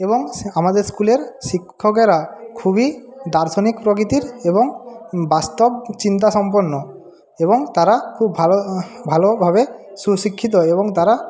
এবং আমাদের স্কুলের শিক্ষকেরা খুবই দার্শনিক প্রকৃতির এবং বাস্তব চিন্তাসম্পন্ন এবং তারা খুব ভালো ভালোভাবে সুশিক্ষিত এবং তারা